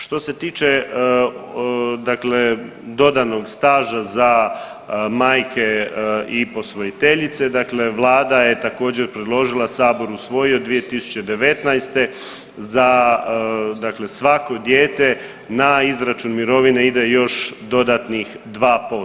Što se tiče dakle dodanog staža za majke i posvojiteljice, dakle Vlada je također, predložila, Sabor je usvojio 2019., za dakle svako dijete na izračun mirovine ide još dodatnih 2%